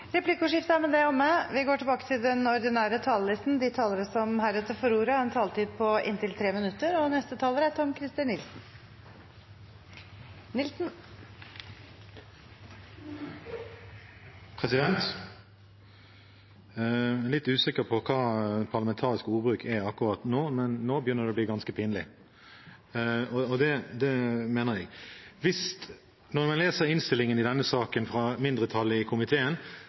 Replikkordskiftet er dermed omme. De talere som heretter får ordet, har en taletid på inntil 3 minutter. Jeg er litt usikker på hva parlamentarisk ordbruk er akkurat nå, men nå begynner det å bli ganske pinlig, og det mener jeg. Når man leser innstillingen i denne saken fra mindretallet i komiteen,